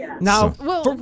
Now